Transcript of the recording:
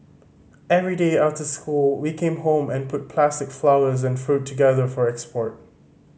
every day after school we came home and put plastic flowers and fruit together for export